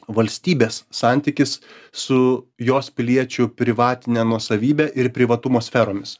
valstybės santykis su jos piliečių privatine nuosavybe ir privatumo sferomis